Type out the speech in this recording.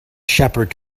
shepherd